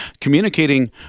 communicating